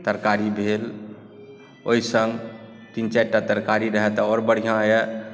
तरकारी भेल ओहि सङ्ग तीन चारिटा तरकारी रहए तऽ आओर बढ़िआँ यए